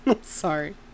Sorry